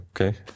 okay